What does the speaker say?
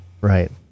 Right